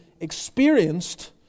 experienced